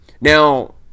now